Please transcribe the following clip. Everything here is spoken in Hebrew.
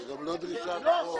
זה גם לא דרישת חוב.